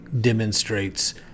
demonstrates